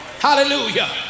hallelujah